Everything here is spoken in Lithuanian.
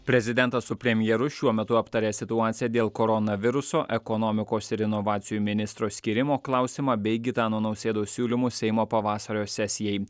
prezidentas su premjeru šiuo metu aptarė situaciją dėl koronaviruso ekonomikos ir inovacijų ministro skyrimo klausimą bei gitano nausėdos siūlymus seimo pavasario sesijai